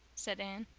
said anne.